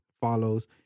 Follows